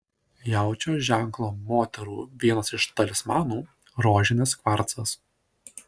jaučio ženklo moterų vienas iš talismanų rožinis kvarcas